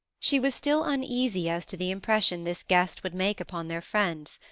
she was still uneasy as to the impression this guest would make upon their friends,